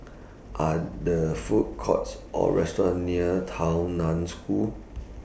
Are The Food Courts Or restaurants near Tao NAN School